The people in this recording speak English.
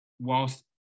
whilst